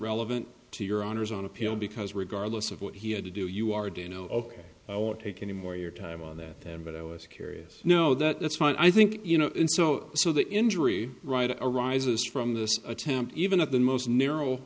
relevant to your honor's on appeal because regardless of what he had to do you are doing ok i won't take any more your time on that then but i was curious no that's fine i think you know in so so that injury right arises from this attempt even at the most narrow